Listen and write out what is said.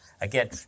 Again